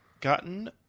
gotten